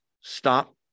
Stop